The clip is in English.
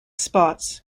spots